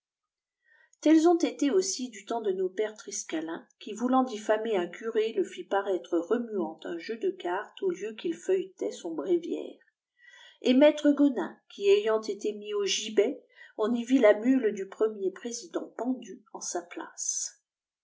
tels ont été aussi du temps de nos pères triscalin qui voulant diffamer un curé le fit paraître reniuant un j u de cartes au lieu qu'il feuilletait son bréviaire et maître gonin qui ayant été mis au gibet on y vit la mule du premier président pendue en sa place